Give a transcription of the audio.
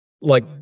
like-